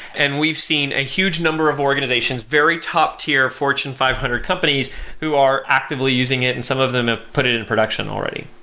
and we've seen a huge number of organizations, very top-tier fortune five hundred companies who are actively using it and some of them have put it in production already.